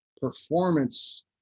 performance